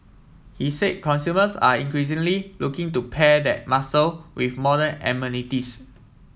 he said consumers are increasingly looking to pair that muscle with modern amenities